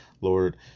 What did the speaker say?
Lord